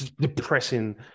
depressing